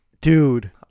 Dude